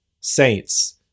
Saints